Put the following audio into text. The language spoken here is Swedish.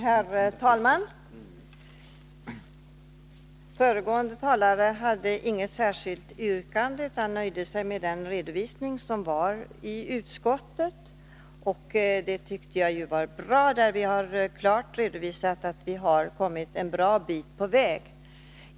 Herr talman! Föregående talare hade inget särskilt yrkande utan nöjde sig med den redovisning som finns i utskottsbetänkandet. Det tycker jag är bra. Vi har där klart redovisat att vi har kommit en bra bit på väg.